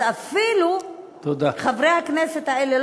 אז חברי הכנסת האלה,